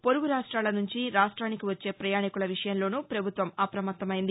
పొరుగు రాష్ట్రాల నుంచి రాష్ట్రానికి వచ్చే ప్రయాణికుల విషయంలోనూ పభుత్వం అప్రమత్తమైంది